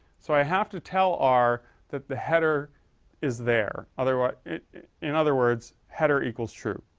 so i have to tell r that the header is there otherwise. in other words, header equals true.